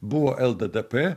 buvo lddp